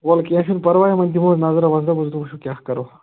وۅلہٕ کیٚنٛہہ چھُ نہٕ پرواے وۅنۍ دِمہوٗس نَظراہ وظراہ وۅلہٕ وُچھُو کیٛاہ کرو